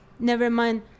Nevermind